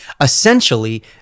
Essentially